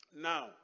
Now